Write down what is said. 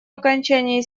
окончании